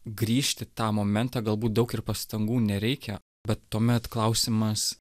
grįžt į tą momentą galbūt daug ir pastangų nereikia bet tuomet klausimas